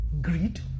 greed